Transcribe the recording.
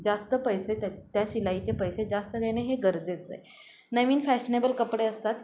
जास्त पैसे त्या त्या शिलाईचे पैसे जास्त घेणे हे गरजेचं आहे नवीन फॅशनेबल कपडे असतात